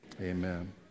Amen